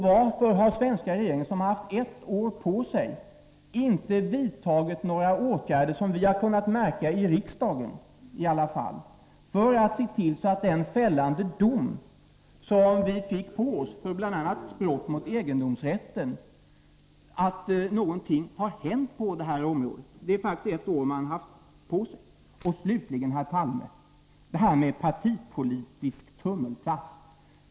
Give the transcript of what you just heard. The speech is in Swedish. Varför har den svenska regeringen, som faktiskt har haft ett år på sig, inte vidtagit några åtgärder för att se till att någonting händer på det här området —-i alla fall inte sådana som vi har kunnat märka i riksdagen — med anledning av den fällande dom som vi fick för bl.a. brott mot egendomsrätten? Slutligen: Herr Palme använde uttrycket partipolitisk tummelplats.